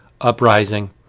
Uprising